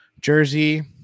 jersey